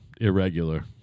irregular